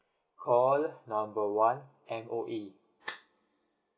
call number one M_O_E